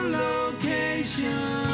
location